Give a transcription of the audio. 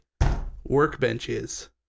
workbenches